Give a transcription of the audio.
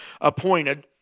appointed